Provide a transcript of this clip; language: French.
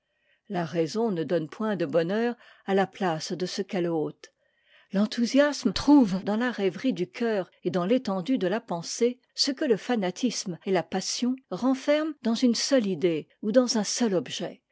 la raison ne donne point de bonheur à la place de ce qu'elle ôte l'enthousiasme trouve dans la rêverie du cœur et dans rétendue de la pensée ce que le fanatisme et la passion renferment dans une seule idée ou dans un seul objet